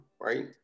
right